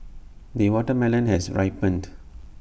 the watermelon has ripened